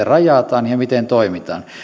rajataan ja miten toimitaan